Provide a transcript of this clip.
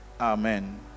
Amen